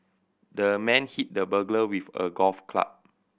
the man hit the burglar with a golf club